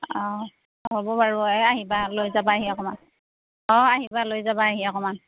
অঁ হ'ব বাৰু এই আহিবা লৈ যাবাহি অকণমান অঁ আহিবা লৈ যাবাহি অকণমান